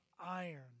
iron